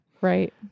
Right